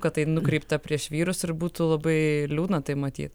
kad tai nukreipta prieš vyrus ir būtų labai liūdna tai matyt